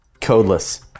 Codeless